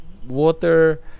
water